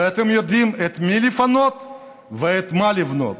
ואתם יודעים את מי לפנות ואת מה לבנות.